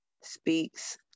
speaks